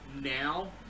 Now